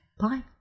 bye